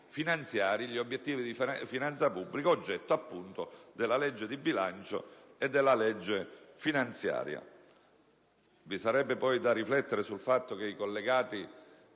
conseguire gli obiettivi di finanza pubblica oggetto della legge di bilancio e della legge finanziaria. Vi sarebbe poi da riflettere sul fatto che i collegati,